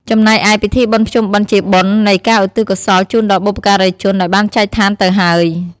ចំណែកឯ ពិធីបុណ្យភ្ជុំបិណ្ឌជាបុណ្យនៃការឧទ្ទិសកុសលជូនដល់បុព្វការីជនដែលបានចែកឋានទៅហើយ។